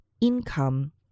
income